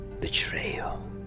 Betrayal